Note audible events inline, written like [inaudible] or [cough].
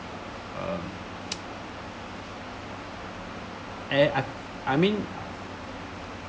um [noise] and I I mean